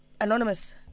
Anonymous